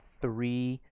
three